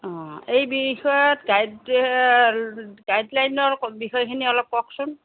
অঁ এই বিষয়ত গাইডৰ গাইডলাইনৰ বিষয়খিনি অলপ কওকচোন